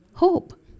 Hope